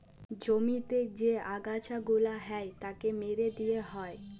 জমিতে যে আগাছা গুলা হ্যয় তাকে মেরে দিয়ে হ্য়য়